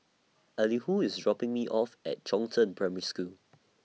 Elihu IS dropping Me off At Chongzheng Primary School